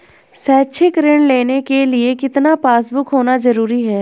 शैक्षिक ऋण लेने के लिए कितना पासबुक होना जरूरी है?